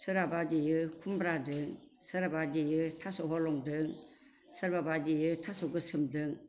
सोरहाबा देयो खुमब्रादो सोरहाबा देयो थास' हलंदो सोरबाबा देयो थास' गोसोमजों